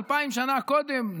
אלפיים שנה קודם,